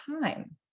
time